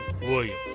Williams